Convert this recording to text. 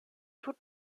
tut